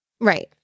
right